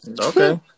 Okay